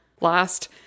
last